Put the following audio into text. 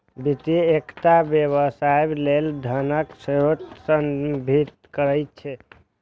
वित्त एकटा व्यवसाय लेल धनक स्रोत कें संदर्भित करै छै